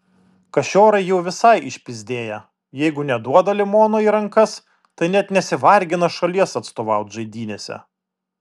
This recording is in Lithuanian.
kašiorai jau visai išpyzdėję jeigu neduoda limono į rankas tai net nesivargina šalies atstovaut žaidynėse